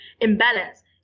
imbalance